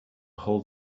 hold